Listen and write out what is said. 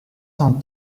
sans